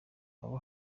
abo